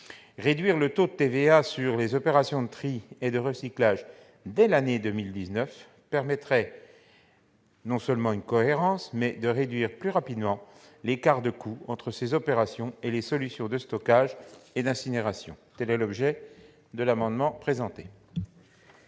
Réduire le taux de TVA sur les opérations de tri et de recyclage dès 2019 permettrait par ailleurs de diminuer plus rapidement l'écart de coût entre ces opérations et les solutions de stockage et d'incinération. Tel est l'objet de cet amendement.